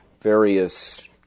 various